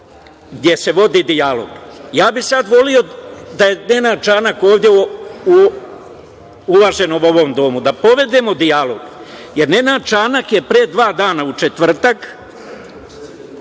gde se vodi dijalog, ja bih sada voleo da je Nenad Čanak ovde u ovom uvaženom domu, da povedemo dijalog, jer Nenad Čanak je pre dva dana, u četvrtak,